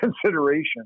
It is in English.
consideration